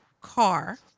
car